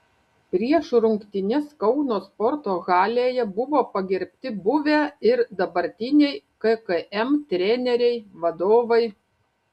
prieš rungtynes kauno sporto halėje buvo pagerbti buvę ir dabartiniai kkm treneriai vadovai